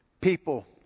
people